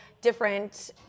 different